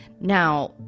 now